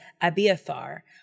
Abiathar